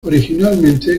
originalmente